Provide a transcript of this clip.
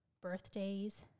birthdays